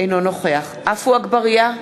אינו נוכח עפו אגבאריה,